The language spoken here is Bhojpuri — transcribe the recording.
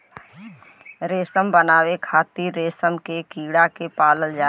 रेशम बनावे खातिर रेशम के कीड़ा के पालल जाला